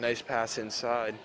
nice pass inside